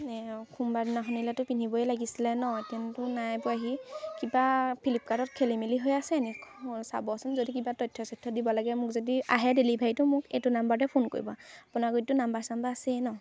মানে সোমবাৰ দিনাখনলৈতো পিন্ধিবই লাগিছিলে ন কিন্তু নাই পোৱাহি কিবা ফ্লিপকাৰ্টত খেলিমেলি হৈ আছে নেকি চাবচোন যদি কিবা তথ্য চথ্য দিব লাগে মোক যদি আহে ডেলিভাৰীটো মোক এইটো নাম্বাৰতে ফোন কৰিব আপোনাৰ গুৰিততো নাম্বাৰ চাম্বাৰ আছেই ন